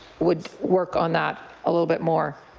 would work on that a little bit more.